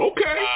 Okay